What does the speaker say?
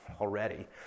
already